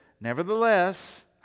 Nevertheless